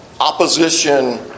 opposition